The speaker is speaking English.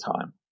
time